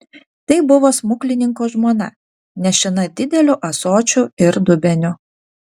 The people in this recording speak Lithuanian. tai buvo smuklininko žmona nešina dideliu ąsočiu ir dubeniu